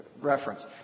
reference